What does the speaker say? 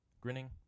Grinning